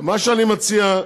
מה שאני מציע,